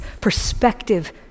perspective